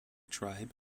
tribe